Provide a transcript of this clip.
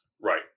Right